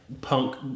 punk